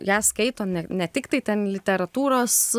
ją skaito ne tik tai ten literatūros